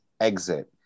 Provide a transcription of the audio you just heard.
exit